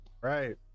Right